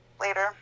later